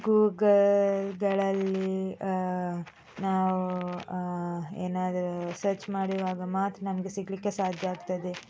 ಗೂಗಲ್ಗಳಲ್ಲಿ ನಾವು ಏನಾದರೂ ಸರ್ಚ್ ಮಾಡಿರುವಾಗ ಮಾತ್ರ ನಮಗೆ ಸಿಗಲಿಕ್ಕೆ ಸಾಧ್ಯ ಆಗ್ತದೆ